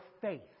faith